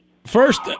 First